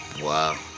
Wow